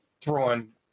throwing